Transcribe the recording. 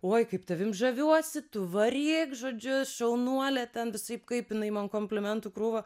oi kaip tavim žaviuosi tu varyk žodžiu šaunuolė ten visaip kaip jinai man komplimentų krūvą